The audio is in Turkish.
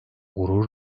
gurur